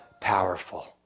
powerful